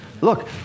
Look